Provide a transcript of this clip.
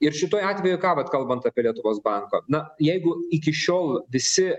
ir šituo atveju ką vat kalbant apie lietuvos banką na jeigu iki šiol visi